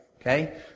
Okay